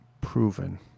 proven